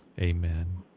amen